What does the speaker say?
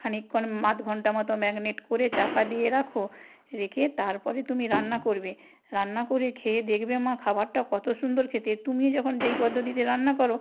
খানিকক্ষণ আধঘণ্টা মতো ম্যাগনেট করে চাপা দিয়ে রাখো রেখে তারপরে তুমি রান্না করবে রান্না করে খেয়ে দেখবে মা খাবারটা কত সুন্দর খেতে তুমি যখন যেই পদ্ধতিতে রান্না করো